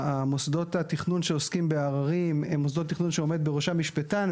מוסדות התכנון שעוסקים בעררים הם מוסדות תכנון שעומד בראשם משפטן.